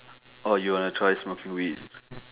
oh you wanna try smoking weed